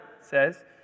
says